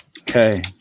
Okay